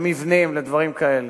למבנים, לדברים כאלה.